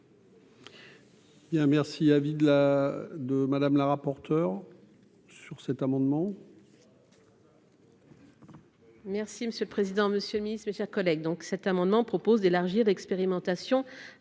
merci à vide la de Madame la rapporteure sur cet amendement.